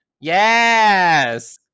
Yes